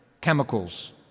chemicals